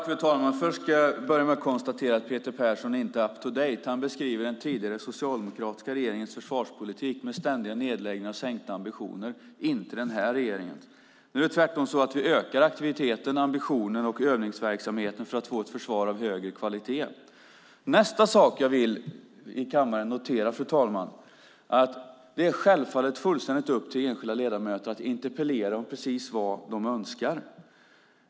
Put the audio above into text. Fru talman! Jag ska börja med att konstatera att Peter Persson inte är up-to-date. Han beskriver den tidigare socialdemokratiska regeringens försvarspolitik med ständiga nedläggningar och sänkta ambitioner och inte den här regeringens. Vi ökar tvärtom ambitionen och övningsverksamheten för att få ett försvar av högre kvalitet. Nästa sak jag vill notera i kammaren är att det självfallet är upp till enskilda ledamöter att interpellera om precis vad de önskar.